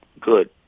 good